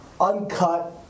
uncut